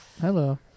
hello